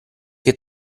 che